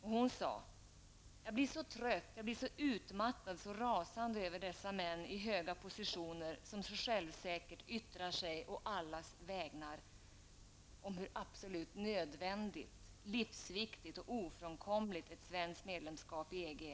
Hon sade: Jag blir så trött, så utmattad och så rasande över dessa män i höga positioner, som så självsäkert yttrar sig å allas våra vägnar om hur absolut nödvändigt, livsviktigt och ofrånkomligt ett svenskt medlemskap i EG är!